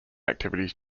activities